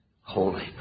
holy